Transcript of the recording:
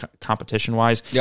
competition-wise